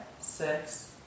six